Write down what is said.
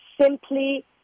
simply